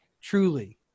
truly